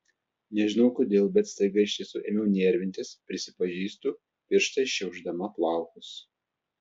nežinau kodėl bet staiga iš tiesų ėmiau nervintis prisipažįstu pirštais šiaušdama plaukus